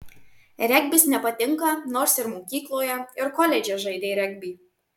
regbis nepatinka nors ir mokykloje ir koledže žaidei regbį